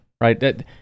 right